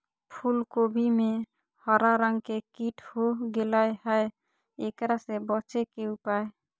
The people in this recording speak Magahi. फूल कोबी में हरा रंग के कीट हो गेलै हैं, एकरा से बचे के उपाय?